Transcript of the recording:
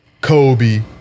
kobe